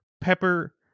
pepper